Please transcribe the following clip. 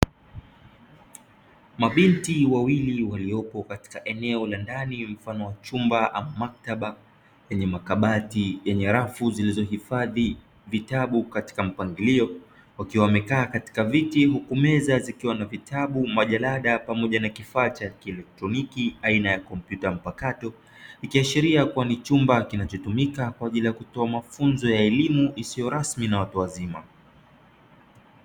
Mabinti wawili waliopo katika eneo la ndani, mfano wa chumba au maktaba yenye makabati yenye rafu zilizohifadhi vitabu, katika mpangilio, wakiwa wamekaa katika viti, huku meza zikiwa na vitabu, majarada pamoja na kifaa cha kielektroniki aina ya kompyuta mpakato, ikiashiria kuwa ni chumba kinachotumika kwa ajili ya kutoa mafunzo ya elimu isiyo rasmi na watu wazima.